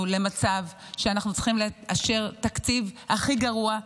למצב שאנחנו צריכים לאשר תקציב הכי גרוע,